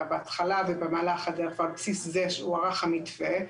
בהתחלה ובמהלך הדרך ועל בסיס זה הוארך המתווה,